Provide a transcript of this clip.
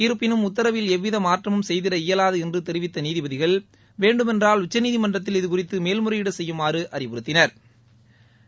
இருப்பினும் உத்தரவில் எவ்வித மாற்றமும் செய்திட இயலாது என்று தெரிவித்த நீதிபதிகள் வேண்டுமென்றால் உச்சநீதிமன்றத்தில் இது குறித்து மேல்முறையீடு செய்யுமாறு அறிவுறுத்தினா்